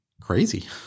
crazy